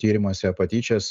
tyrimuose patyčias